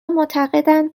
معتقدند